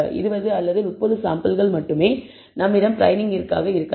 20 அல்லது 30 சாம்பிள்கள் மட்டுமே நம்மிடம் ட்ரெய்னிங்கிற்காக இருக்கலாம்